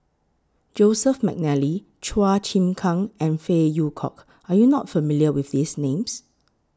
Joseph Mcnally Chua Chim Kang and Phey Yew Kok Are YOU not familiar with These Names